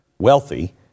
wealthy